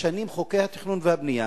משנים את חוקי התכנון והבנייה,